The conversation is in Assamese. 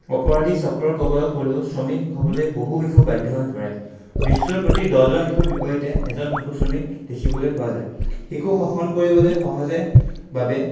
অপৰাধি চক্ৰৰ কৱলত পৰিও শ্ৰমিক হ'বলৈ বহু শিশু বাধ্য হৈ পৰে বিশ্বৰ প্ৰতি দহজন শিশুৰ বিপৰীতে এজন শিশু শ্ৰমিক দেখিবলৈ পোৱা যায় শিশু শাসন কৰিবলৈ সহজে বাবে